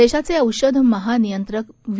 देशाचे औषध महानियंत्रक वी